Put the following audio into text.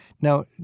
Now